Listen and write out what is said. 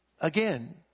again